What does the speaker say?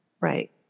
Right